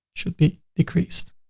should be decreased,